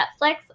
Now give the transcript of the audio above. Netflix